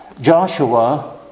Joshua